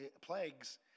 plagues